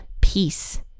peace